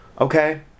okay